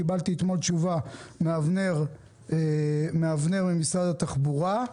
קיבלתי אתמול תשובה מאבנר ממשרד התחבורה.